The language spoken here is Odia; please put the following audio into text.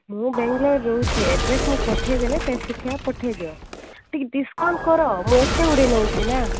ମୁଁ ବାଙ୍ଗଲୋର୍ ରହୁଛି ଆଡ୍ରେସ୍ ମୁଁ ପଠେଇଦେଲେ ତା ସେକା ପଠେଇଦିଅ ଟିକେ ଡିସକାଉଣ୍ଟ୍ କର ମୁଁ ଏତେଗୁଡ଼ିଏ ନଉଛି ନା